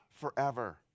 forever